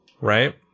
right